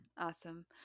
Awesome